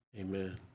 Amen